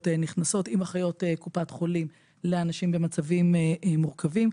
עם אחיות קופת חולים לאנשים במצבים מורכבים.